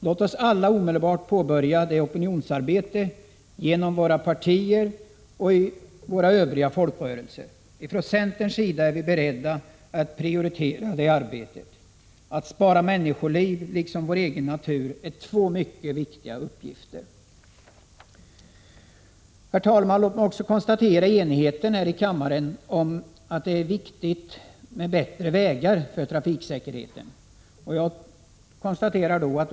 Låt oss alla omedelbart påbörja detta opinionsarbete genom våra partier och i våra övriga folkrörelser. Inom centern är vi beredda att prioritera detta arbete. Att spara människoliv liksom vår egen natur är två mycket viktiga uppgifter. Herr talman! Låt mig också konstatera enigheten här i kammaren om att det för trafiksäkerheten är viktigt med bättre vägar.